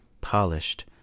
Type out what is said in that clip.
polished